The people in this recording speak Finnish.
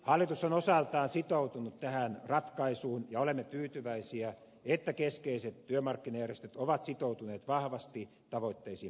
hallitus on osaltaan sitoutunut tähän ratkaisuun ja olemme tyytyväisiä että keskeiset työmarkkinajärjestöt ovat sitoutuneet vahvasti tavoitteisiin pääsemiseksi